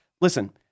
listen